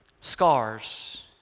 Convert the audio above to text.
scars